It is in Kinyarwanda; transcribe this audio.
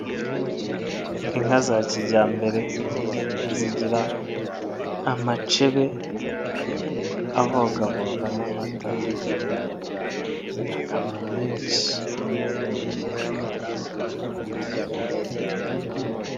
Inka za kijyambere zigira amacebe aboga bogamo amata zigakamwa menshi.